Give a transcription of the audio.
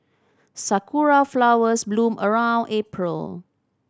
sakura flowers bloom around April